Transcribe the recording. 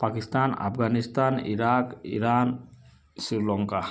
Pakistan Afghanistan Iraq Iran Sri Lanka